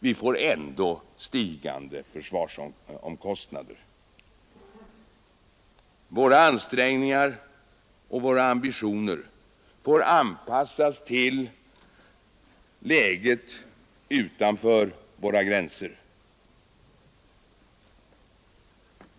De får inte leva med föreställningen att vi får stigande försvarskostnader vad som än händer. Våra ansträngningar och ambitioner får anpassas till läget utanför våra gränser.